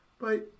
Bye